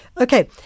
Okay